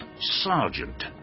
Sergeant